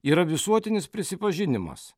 yra visuotinis prisipažinimas